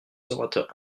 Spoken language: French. orateurs